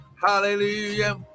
hallelujah